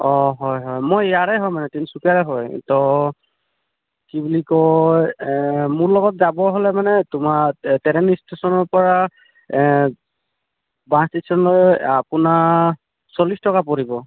অ হয় হয় মই ইয়াৰে হয় মানে তিনিচুকীয়াৰে হয় তো কি বুলি কয় এ মোৰ লগত যাব হ'লে মানে তোমাৰ ট্ৰেইন ষ্টেশ্যনৰ পৰা বাছ ষ্টেশ্যনলৈ আপোনাৰ চল্লিছ টকা পৰিব